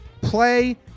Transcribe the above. play